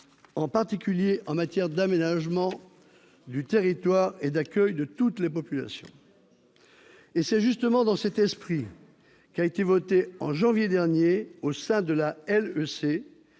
en particulier en matière d'aménagement du territoire et d'accueil de toutes les populations. C'est justement dans cet esprit qu'a été introduite en janvier dernier dans la loi